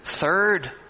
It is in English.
third